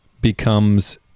becomes